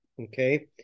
okay